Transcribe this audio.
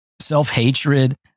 self-hatred